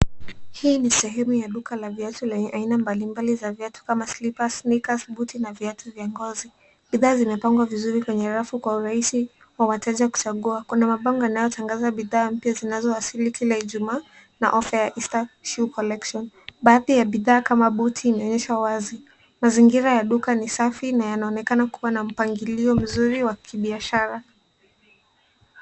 Hii ni sehemu ya duka la viatu la aina mbalimbali za viatu kama slippers , sneakers , buti na viatu vya ngozi. Bidhaa zimepangwa vizuri kwenye rafu kwa urahisi wa wateja kuchagua. Kuna mabango yanayotangaza bidhaa mpya zinazowasili kila Ijumaa na offa ya eastern shoe collection. Baadhi ya bidhaa kama buti imeonyeshwa wazi. Mazingira ya duka ni safi na yanaonekana kuwa na mpangilio mzuri wa kibiashara.